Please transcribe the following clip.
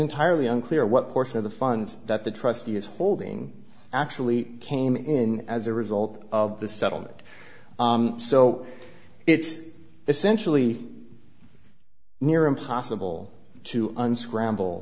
entirely unclear what portion of the funds that the trustee is holding actually came in as a result of the settlement so it's essentially near impossible to unscramble